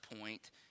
point